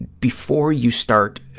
before you start